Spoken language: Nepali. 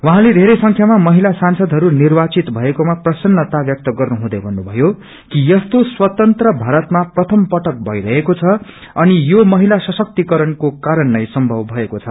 उहाँले वेरे संख्यामा महिला सांसदहरू नियावित भएको प्रसन्नता व्यक्त गर्नु हुँदै भन्नुभयो कि यस्तो स्वतंत्र भारतमा प्रथम पटक भइरहेको छ अनि यो महिला सशक्तिकरणको कारण नै सम्भव भएको छ